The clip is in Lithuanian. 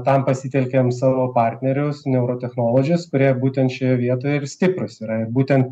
tam pasitelkėm savo partnerius neurotechnologies kurie būtent šioje vietoje ir stiprūs yra ir būtent